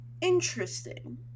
Interesting